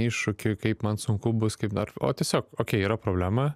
iššūkį kaip man sunku bus kaip dar o tiesiog okei yra problema